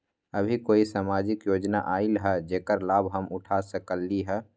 अभी कोई सामाजिक योजना आयल है जेकर लाभ हम उठा सकली ह?